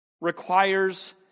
requires